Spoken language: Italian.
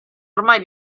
ormai